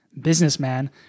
businessman